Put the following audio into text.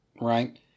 right